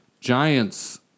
Giants